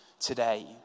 today